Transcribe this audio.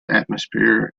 atmosphere